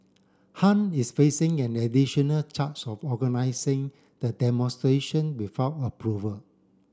Han is facing an additional charge of organising the demonstration without approval